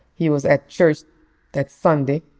he was at church that sunday.